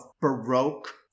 Baroque